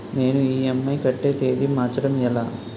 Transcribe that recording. నేను ఇ.ఎం.ఐ కట్టే తేదీ మార్చడం ఎలా?